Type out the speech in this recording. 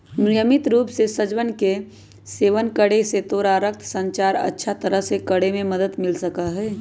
नियमित रूप से सहजन के सेवन करे से तोरा रक्त संचार अच्छा तरह से करे में मदद मिल सका हई